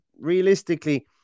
realistically